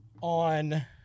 on